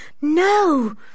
No